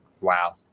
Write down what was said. wow